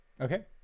Okay